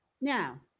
now